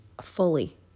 fully